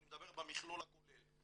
אני מדבר במכלול הכולל,